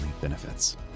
benefits